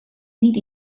niet